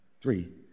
three